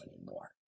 anymore